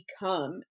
become